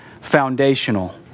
foundational